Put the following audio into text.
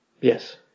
Yes